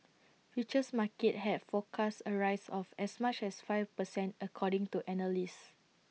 futures markets have forecast A rise of as much as five per cent according to analysts